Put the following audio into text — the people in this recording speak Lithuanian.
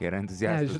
yra entuziastų